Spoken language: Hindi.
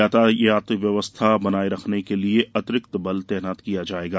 यातायात व्यवस्था बनाये रखने के लिए अतिरिक्त बल तैनात किया जायेगा